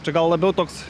čia gal labiau toks